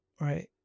right